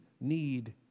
need